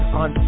on